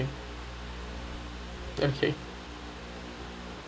okay